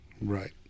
Right